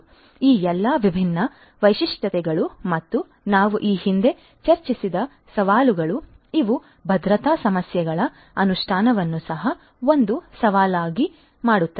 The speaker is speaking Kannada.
ಆದ್ದರಿಂದ ಈ ಎಲ್ಲಾ ವಿಭಿನ್ನ ವೈಶಿಷ್ಟ್ಯಗಳು ಮತ್ತು ನಾವು ಈ ಹಿಂದೆ ಚರ್ಚಿಸಿದ ಸವಾಲುಗಳು ಇವು ಭದ್ರತಾ ಸಮಸ್ಯೆಗಳ ಅನುಷ್ಠಾನವನ್ನು ಸಹ ಒಂದು ಸವಾಲಾಗಿ ಮಾಡುತ್ತದೆ